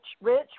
Rich